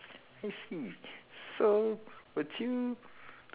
I see so would you